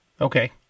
Okay